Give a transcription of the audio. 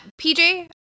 PJ